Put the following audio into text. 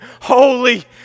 Holy